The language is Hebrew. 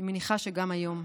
אני מניחה שגם היום.